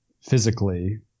physically